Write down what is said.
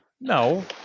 No